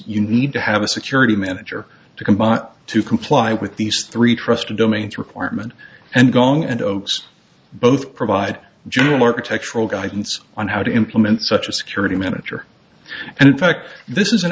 you need to have a security manager to combine to comply with these three trusted domains requirement and gong and ochs both provide general architectural guidance on how to implement such a security manager and in fact this is an